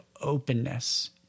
openness